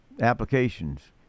applications